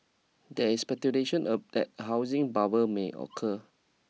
there is speculation of that housing bubble may occur